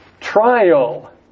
trial